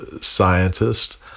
scientists